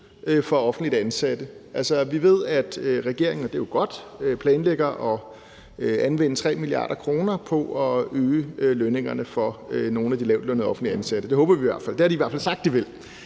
for offentligt ansatte. Vi ved, at regeringen, og det er jo godt, planlægger at anvende 3 mia. kr. på at øge lønningerne for nogle af de lavtlønnede offentligt ansatte. Det håber vi i hvert fald; det har de i hvert fald sagt at de vil.